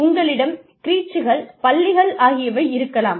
உங்களிடம் க்ரீச்ச்கள் பள்ளிகள் ஆகியவை இருக்கலாம்